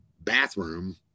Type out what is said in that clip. bathroom